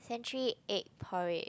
century egg porridge